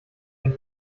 den